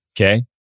Okay